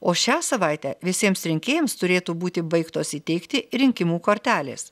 o šią savaitę visiems rinkėjams turėtų būti baigtos įteikti rinkimų kortelės